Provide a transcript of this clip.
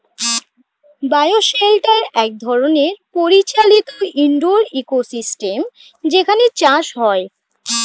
bio shelter এক ধরনের পরিচালিত ইন্ডোর ইকোসিস্টেম যেখানে চাষ হয়